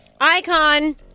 Icon